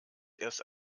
erst